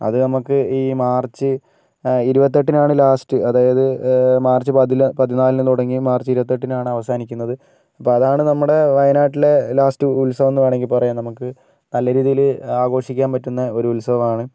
അത് നമുക്ക് ഈ മാർച്ച് ഇരുപത്തി എട്ടിനാണ് ലാസ്റ്റ് അതായത് മാർച്ച് പതിനാലിന് തുടങ്ങി മാർച്ച് ഇരുപത്തി എട്ടിനാണ് അവസാനിക്കുന്നത് അപ്പോൾ അതാണ് നമ്മുടെ വയനാട്ടിലെ ലാസ്റ്റ് ഉത്സവം എന്ന് വേണമെങ്കിൽ പറയാം നമുക്ക് നല്ല രീതിയിൽ ആഘോഷിക്കാൻ പറ്റുന്ന ഒരു ഉത്സവമാണ്